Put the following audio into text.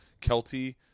kelty